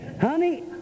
Honey